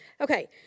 Okay